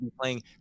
playing